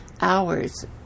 hours